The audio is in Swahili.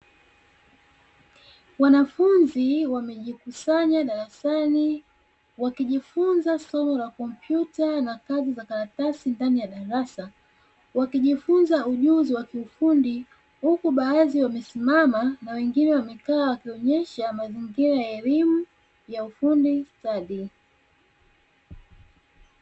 Wanafunzi wamejikusanya darasani wakijifunza somo la kompyuta na kazi za karatasi ndani ya darasa. Wakijifunza ujuzi wa kiufundi hukuu baadhi wamesimama, na wengine wamekaa wakionyesha mazingira elimu ya ufundi stadi.